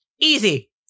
easy